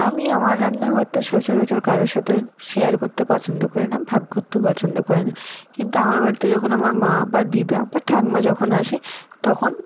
আমি আমার রান্নাঘরটা সচরাচর কারোর সাথে শেয়ার করতে পছন্দ করি না ভাগ করতে পছন্দ করি না কিন্তু আমার বাড়িতে যখন আমার মা বা দিদা বা ঠাক্মা যখন আসে তখন